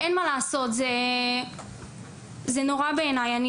זה נורא בעיניי,